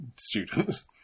students